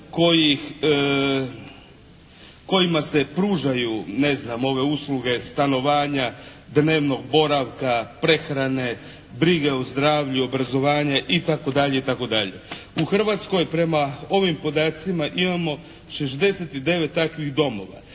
kojima se pružaju ne znam ove usluge stanovanja, dnevnog boravka, prehrane, brige o zdravlju, obrazovanje itd. itd. U Hrvatskoj prema ovim podacima imamo 69 takvih domova